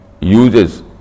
uses